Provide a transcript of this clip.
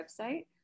website